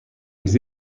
les